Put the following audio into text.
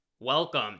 Welcome